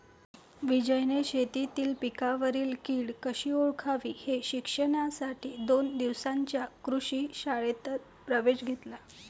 विजयने शेतीतील पिकांवरील कीड कशी ओळखावी हे शिकण्यासाठी दोन दिवसांच्या कृषी कार्यशाळेत प्रवेश घेतला